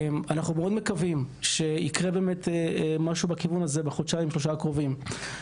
אנחנו מאוד מקווים שיקרה משהו בכיוון הזה בחודשיים-שלושה הקרובים.